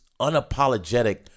unapologetic